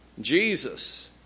Jesus